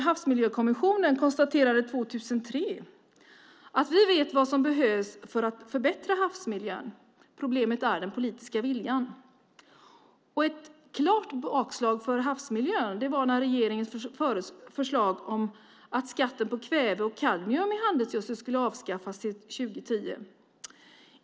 Havsmiljökommissionen konstaterade 2003 att vi vet vad som behövs för att förbättra havsmiljön. Problemet är den politiska viljan. Ett klart bakslag för havsmiljö var regeringens förslag att skatten på kväve och kadmium i handelsgödsel skulle avskaffas till år 2010.